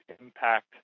impact